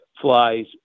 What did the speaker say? flies